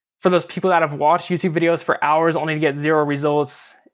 for those people that have watched youtube videos for hours only to get zero results,